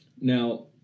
Now